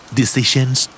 decisions